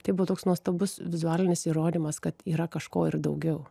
tai buvo toks nuostabus vizualinis įrodymas kad yra kažko ir daugiau